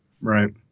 Right